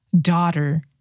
daughter